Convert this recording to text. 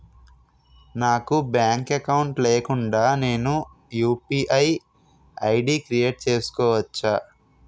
నాకు bank account లేకుండా నేను యు.పి.ఐ ఐ.డి క్రియేట్ చేసుకోవచ్చా?